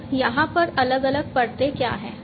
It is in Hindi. तो यहाँ पर अलग अलग परतें क्या हैं